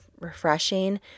refreshing